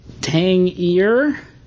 Tangier